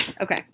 Okay